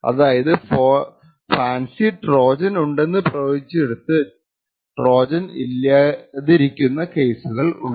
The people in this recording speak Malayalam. അതായതു ഫാൻസി ട്രോജൻ ഉണ്ടെന്നു പ്രവചിച്ചിടത്തു ട്രോജൻ ഇല്ലാതിരിക്കുന്ന കേസുകൾ ഉണ്ടാകാം